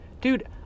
Dude